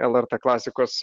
lrt klasikos